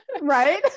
right